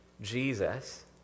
Jesus